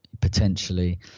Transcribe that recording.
potentially